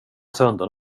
sönder